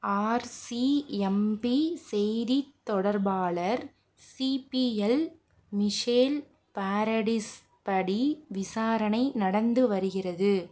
RCMP செய்தித் தொடர்பாளர் CPL Michel Paradis படி விசாரணை நடந்து வருகிறது